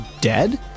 dead